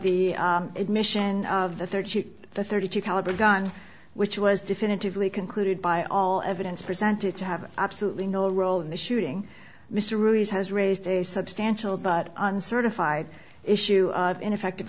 the admission of the third sheep the thirty two caliber gun which was definitively concluded by all evidence presented to have absolutely no role in the shooting mysteries has raised a substantial but uncertified issue of ineffective